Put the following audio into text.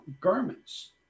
garments